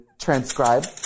transcribe